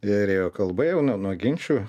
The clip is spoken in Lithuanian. ir ėjo kalba jau nuo nuo ginčų